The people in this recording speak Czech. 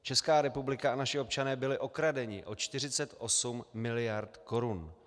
Česká republika a naši občané byli okradeni o 48 mld. korun.